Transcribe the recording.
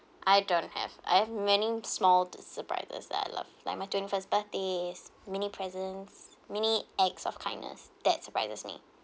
I don't have I have many small surprises that I love like my twenty first birthday is many presents many acts of kindness that surprises me